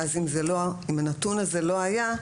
ואז אם הנתון הזה לא היה,